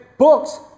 Books